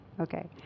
okay